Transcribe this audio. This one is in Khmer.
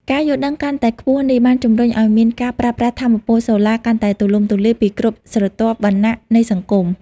ការយល់ដឹងកាន់តែខ្ពស់នេះ បានជំរុញឱ្យមានការប្រើប្រាស់ថាមពលសូឡាកាន់តែទូលំទូលាយពីគ្រប់ស្រទាប់វណ្ណៈនៃសង្គម។